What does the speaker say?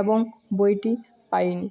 এবং বইটি পাই নি